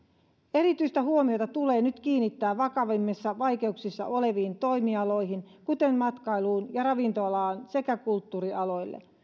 erityistä huomiota tulee nyt kiinnittää vakavimmissa vaikeuksissa oleviin toimialoihin kuten matkailuun ravintola alaan sekä kulttuurialoihin myös